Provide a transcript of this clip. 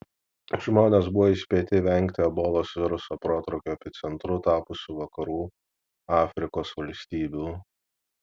žmonės buvo įspėti vengti ebolos viruso protrūkio epicentru tapusių vakarų afrikos valstybių